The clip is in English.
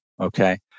Okay